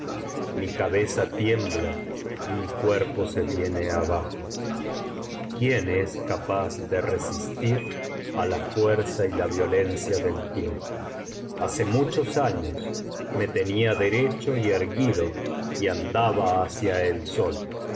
mi cabeza tiembla y mi cuerpo se viene abajo quién es capaz de resistir ü la fuerza y la violencia del tiempo hace muchos años me tenía derecho y erguido y andaba hacia el sol